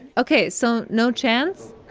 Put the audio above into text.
ok so no chance?